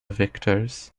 victors